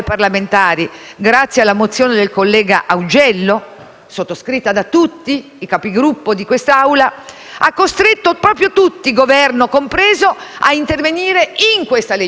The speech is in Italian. sottoscritta da tutti i Capigruppo di quest'Assemblea, ha costretto proprio tutti, Governo compreso, a intervenire in questa legge di bilancio e non in un altro futuribile decreto-legge.